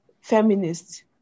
feminist